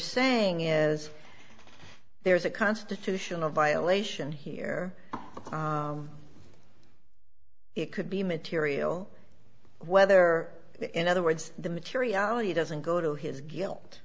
saying is there's a constitutional violation here because it could be material whether in other words the materiality doesn't go to his guilt